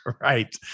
Right